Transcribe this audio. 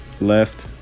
left